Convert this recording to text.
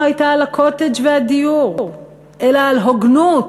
הייתה על הקוטג' והדיור אלא על הוגנות,